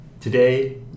Today